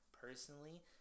personally